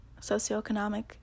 socioeconomic